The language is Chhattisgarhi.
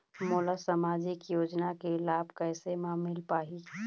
मोला सामाजिक योजना के लाभ कैसे म मिल पाही?